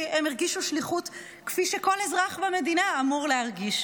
כי הם הרגישו שליחות כפי שכל אזרח במדינה אמור להרגיש.